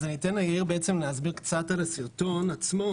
אז אני אתן קודם ליאיר בעצם להסביר קצת על הסרטון עצמו,